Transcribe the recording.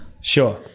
Sure